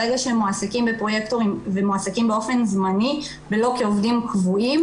ברגע שהם מועסקים כפרוייקטורים ומועסקים באופן זמני ולא כעובדים קבועים,